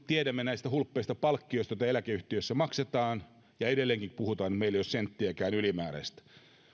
tiedämme myöskin hulppeista palkkioista joita eläkeyhtiöissä maksetaan ja edelleenkin puhutaan että meillä ei ole senttiäkään ylimääräistä